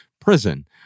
prison